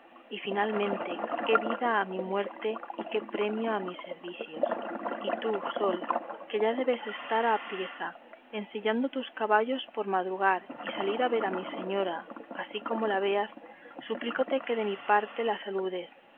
y finalmente qué vida a mi muerte y qué premio a mis servicios y tú sol que ya debes de estar apriesa ensillando tus caballos por madrugar y salir a ver a mi señora así como la veas suplícote que de mi parte la saludes